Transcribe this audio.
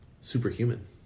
superhuman